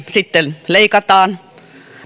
sitten leikataan